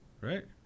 right